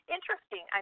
Interesting